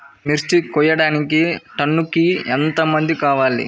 మిర్చి కోయడానికి టన్నుకి ఎంత మంది కావాలి?